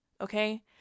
Okay